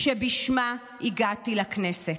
האמיתית שבשמה הגעתי לכנסת.